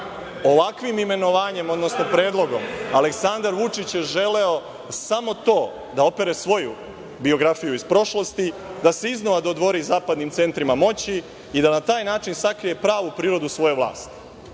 Ovakvim imenovanjem, odnosno predlogom Aleksandar Vučić je želeo samo to da opere svoju biografiju iz prošlosti, da se iznova dodvori zapadnim centrima moći i da na taj način sakrije pravu prirodu svoje vlasti.